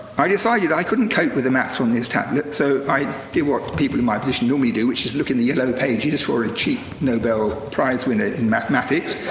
i decided i couldn't cope with the maths on this tablet, so i did what people in my position normally do, which is look in the yellow pages for a cheap nobel prize-winner in mathematics.